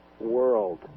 world